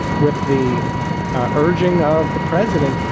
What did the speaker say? with the ah urging of the president,